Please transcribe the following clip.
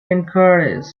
encourage